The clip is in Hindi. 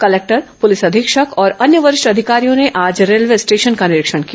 कलेक्टर पुलिस अधीक्षक और अन्य वरिष्ठ अधिकारियों ने आज रेलवे स्टेशन का निरीक्षण किया